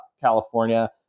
California